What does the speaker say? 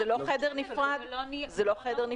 חלל הבידוד הזה זה לא חדר נפרד?